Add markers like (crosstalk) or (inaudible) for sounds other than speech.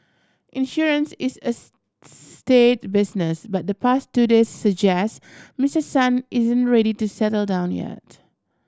insurance is a (noise) staid to business but the past two day suggest Mister Son isn't ready to settle down yet